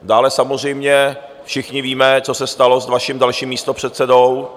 Dále samozřejmě všichni víme, co se stalo s vaším dalším místopředsedou.